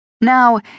Now